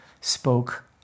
spoke